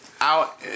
out